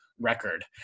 record